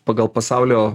pagal pasaulio